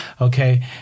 Okay